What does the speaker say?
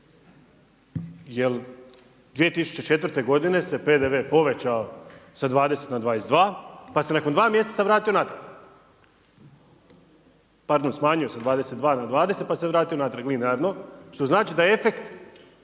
2004. g. se PDV povećao sa 20 na 22 pa se nakon2 mj. vratio natrag, pardon, smanjio se 22 na 20 pa se vratio natrag linearno, što znači da efekt